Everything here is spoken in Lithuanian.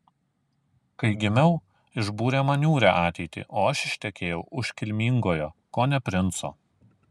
kai gimiau išbūrė man niūrią ateitį o aš ištekėjau už kilmingojo kone princo